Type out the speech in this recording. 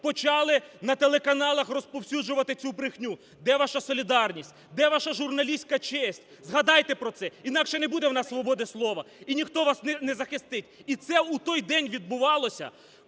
почали на телеканалах розповсюджувати цю брехню. Де ваша солідарність? Де ваша журналістська честь? Згадайте про це, інакше не буде у нас свободи слова і ніхто вас не захистить. І це у той день відбувалося,